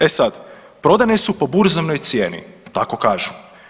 E sad, prodane su po burzovnoj cijeni, tako kažu.